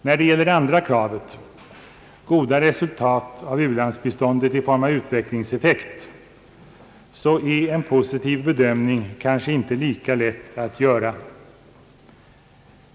När det gäller det andra kravet, goda resultat av u-landsbiståndet i form av utvecklingseffekt, är en positiv bedömning kanske inte lika lätt att göra.